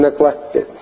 neglected